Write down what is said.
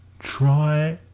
try,